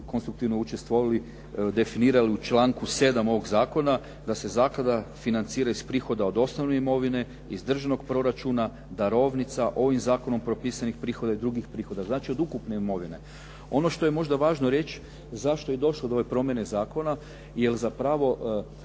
konstruktivno učestvovali definirali u članku 7. ovoga zakona da se zaklada financira iz prihoda od osnovne imovine, iz državnog proračuna, darovnica, ovim zakonom propisanih prihoda i drugih prihoda. Znači od ukupne imovine. Ono što je možda važno reći zašto je došlo do ove promjene zakona jer zapravo